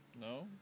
No